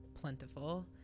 plentiful